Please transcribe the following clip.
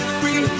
free